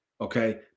okay